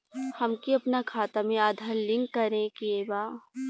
हमके अपना खाता में आधार लिंक करें के बा?